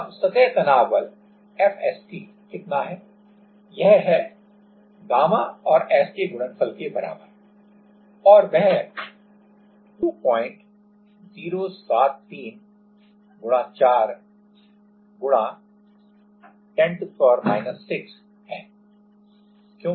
अब सतह तनाव बल Fst कितना है यह है γ और S के गुणनफल के बराबर है और वह 0073×4×10 6 है क्योंकि अब L 1 μm है